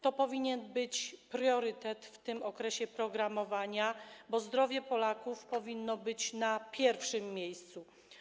To powinien być priorytet w tym okresie programowania, bo zdrowie Polaków powinno być na pierwszym miejscu.